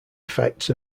effects